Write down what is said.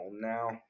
now